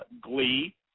Glee